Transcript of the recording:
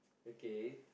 okay